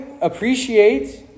appreciate